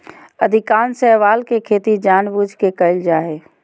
अधिकांश शैवाल के खेती जानबूझ के कइल जा हइ